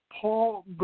Paul